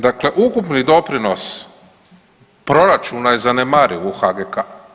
Dakle, ukupni doprinos proračuna je zanemariv u HGK.